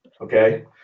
okay